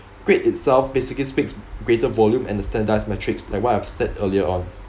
grade itself basically speaks greater volume and the standardised metrics like what I have said earlier on